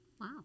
wow